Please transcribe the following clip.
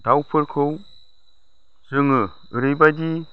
दाउफोरखौ जोङो ओरैबायदि